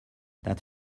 that